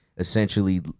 essentially